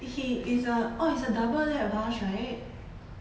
he is a oh is a double deck bus right